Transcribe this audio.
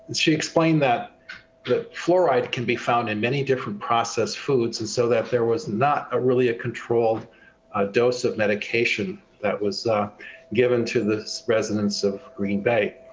she explained that the fluoride can be found in many different process foods. and so that there was not a really a controlled dose of medication that was given to the residents of green bay.